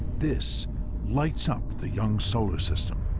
this lights up the young solar system,